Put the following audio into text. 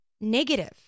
negative